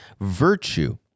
virtue